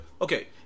Okay